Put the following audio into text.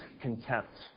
contempt